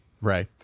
right